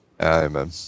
Amen